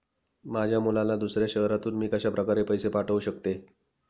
माझ्या मुलाला दुसऱ्या शहरातून मी कशाप्रकारे पैसे पाठवू शकते?